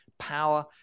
Power